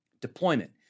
Deployment